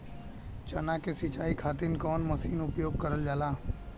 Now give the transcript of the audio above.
चना के सिंचाई खाती कवन मसीन उपयोग करल जाला?